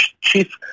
chief